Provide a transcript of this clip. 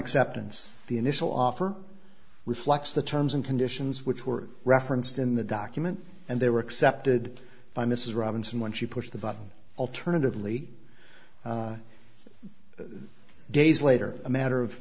acceptance the initial offer reflects the terms and conditions which were referenced in the document and they were accepted by mrs robinson when she pushed the button alternatively days later a matter of